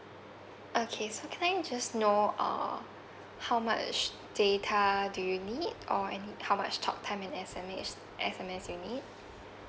okay so can I just know uh how much data do you need or any how much talk time and S_M_S S_M_S you need